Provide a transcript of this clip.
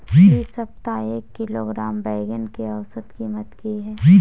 इ सप्ताह एक किलोग्राम बैंगन के औसत कीमत की हय?